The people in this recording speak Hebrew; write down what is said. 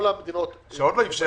כל המדינות --- עוד לא אפשרה.